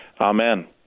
amen